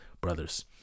brothers